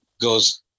goes